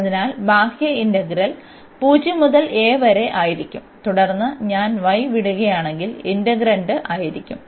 അതിനാൽ ബാഹ്യ ഇന്റഗ്രൽ 0 മുതൽ a വരെ ആയിരിക്കും തുടർന്ന് ഞാൻ y വിടുകയാണെങ്കിൽ ഇന്റഗ്രന്റ് ആയിരിക്കും